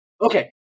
Okay